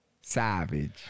savage